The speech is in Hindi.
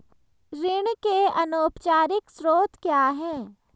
ऋण के अनौपचारिक स्रोत क्या हैं?